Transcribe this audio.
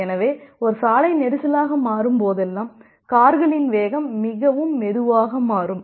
எனவே ஒரு சாலை நெரிசலாக மாறும் போதெல்லாம் கார்களின் வேகம் மிகவும் மெதுவாக மாறும்